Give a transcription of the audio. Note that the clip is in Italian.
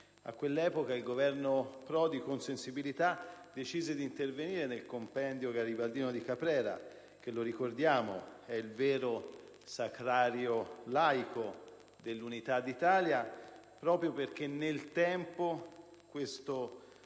A quell'epoca, il Governo Prodi, con sensibilità, decise d'intervenire sul Compendio garibaldino di Caprera (che, lo ricordo, è il vero sacrario laico dell'Unità d'Italia) proprio perché nel tempo tale